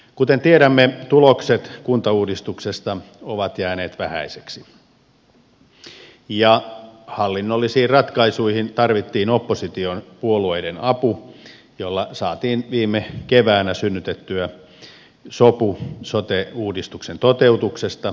kuten tiedämme tulokset kuntauudistuksesta ovat jääneet vähäisiksi ja hallinnollisiin ratkaisuihin tarvittiin opposition puolueiden apu jolla saatiin viime keväänä synnytettyä sopu sote uudistuksen toteutuksesta